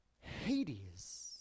Hades